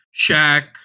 Shaq